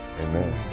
Amen